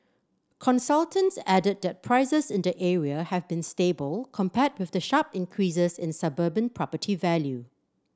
consultants added that prices in the area have been stable compared with the sharp increases in suburban property value